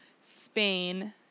Spain